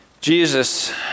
Jesus